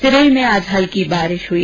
सिरोही में आज हल्की बारिश हुई